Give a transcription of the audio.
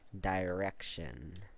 direction